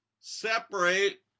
separate